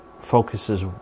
focuses